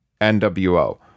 NWO